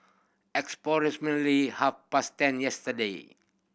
approximately half past ten yesterday